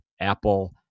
Apple